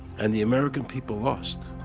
and the american people lost.